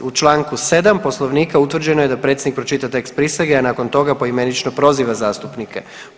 U Članku 7. Poslovnika utvrđeno je da predsjednik pročita tekst prisege, a nakon toga poimenično proziva zastupnike.